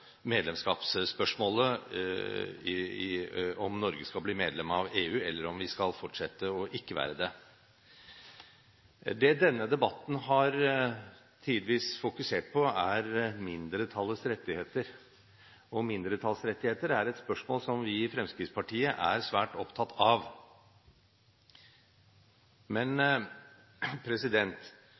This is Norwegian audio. medlemskapsspørsmålet – om Norge skal bli medlem av EU, eller om vi skal fortsette å ikke være det. Det denne debatten tidvis har fokusert på, er mindretallets rettigheter. Spørsmålet om mindretallsrettigheter er et spørsmål som vi i Fremskrittspartiet er svært opptatt av, men